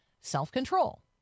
self-control